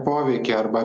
poveikį arba